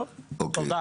טוב, תודה.